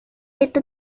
itu